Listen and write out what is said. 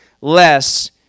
less